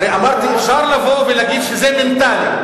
הרי אמרתי, אפשר לבוא ולהגיד שזאת מנטליות.